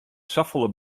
safolle